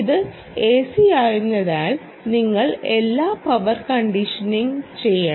ഇത് എസിയായതിനാൽ നിങ്ങൾ എല്ലാ പവർ കണ്ടീഷനിംഗും ചെയ്യണം